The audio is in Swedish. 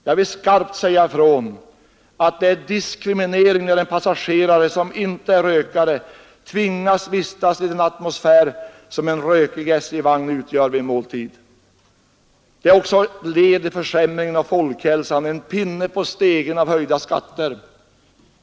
Jag vill skarpt säga ifrån att det är diskriminering när en passagerare, som inte är rökare, tvingas att vid en måltid vistas i den atmosfär som finns i en rökig SJ-vagn. Det är också ett led i försämringen av folkhälsan och en pinne på stegen av höjda skatter.